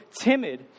timid